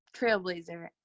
trailblazer